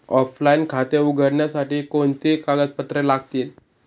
Offline खाते उघडण्यासाठी कोणती कागदपत्रे लागतील?